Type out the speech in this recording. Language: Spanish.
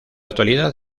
actualidad